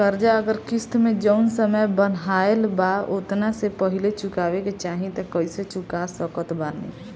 कर्जा अगर किश्त मे जऊन समय बनहाएल बा ओतना से पहिले चुकावे के चाहीं त कइसे चुका सकत बानी?